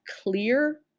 clear